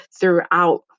throughout